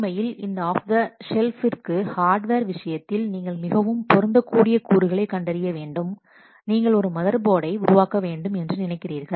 உண்மையில் இந்த off the ஷெல்ஃபிற்கு ஹார்டுவேர் விஷயத்தில் நீங்கள் மிகவும் பொருந்தக்கூடிய கூறுகளைக் கண்டறிய வேண்டும் நீங்கள் ஒரு மதர்போர்டை உருவாக்க வேண்டும் என்று நினைக்கிறீர்கள்